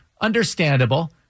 understandable